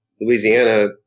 Louisiana